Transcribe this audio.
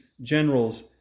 generals